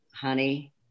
honey